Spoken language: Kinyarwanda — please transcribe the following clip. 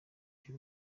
cy’u